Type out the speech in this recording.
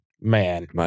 Man